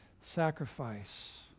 sacrifice